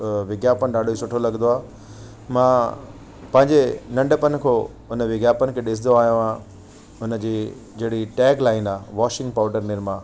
अ विज्ञापन ॾाढो ई सुठो लॻंदो आहे मां पहिंजे नंढपणु खां हुन विज्ञापन खे ॾिसंदो आयो आहियां हुन जी जहिड़ी टैग लाइन आहे वॉशिंग पाउडर निरमा